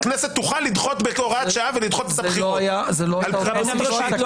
הכנסת תוכל לדחות בהוראת שעה ולדחות את הבחירות על הרבנות הראשית.